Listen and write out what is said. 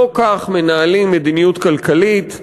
לא כך מנהלים מדיניות כלכלית,